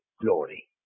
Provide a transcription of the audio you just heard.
glory